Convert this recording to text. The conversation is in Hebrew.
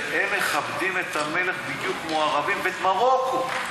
והם מכבדים את המלך בדיוק כמו הערבים, ואת מרוקו.